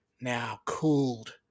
now-cooled